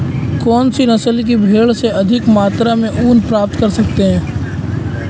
कौनसी नस्ल की भेड़ से अधिक मात्रा में ऊन प्राप्त कर सकते हैं?